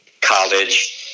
college